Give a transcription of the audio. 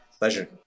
Pleasure